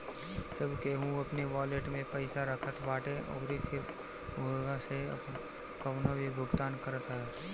सब केहू अपनी वालेट में पईसा रखत बाटे अउरी फिर उहवा से कवनो भी भुगतान करत हअ